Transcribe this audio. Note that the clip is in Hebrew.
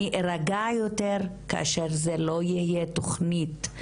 אני אירגע יותר כאשר זה לא יהיה תכנית,